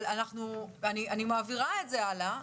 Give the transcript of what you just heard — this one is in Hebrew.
אני מעבירה את זה הלאה,